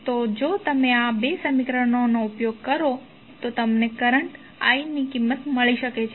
તો જો તમે આ 2 સમીકરણોનો ઉપયોગ કરો તો તમને કરંટ I ની કિંમત મળી શકે છે